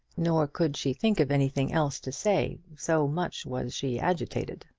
nor could she think of anything else to say, so much was she agitated.